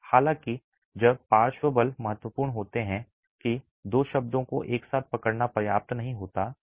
हालांकि जब पार्श्व बल महत्वपूर्ण होते हैं कि दो शब्दों को एक साथ पकड़ना पर्याप्त नहीं होता है